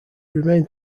remained